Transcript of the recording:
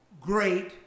great